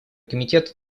комитет